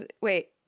Wait